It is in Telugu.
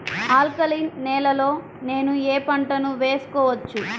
ఆల్కలీన్ నేలలో నేనూ ఏ పంటను వేసుకోవచ్చు?